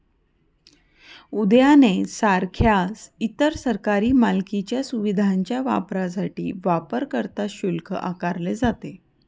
उद्याने सारख्या इतर सरकारी मालकीच्या सुविधांच्या वापरासाठी वापरकर्ता शुल्क आकारले जाते